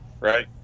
Right